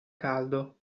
caldo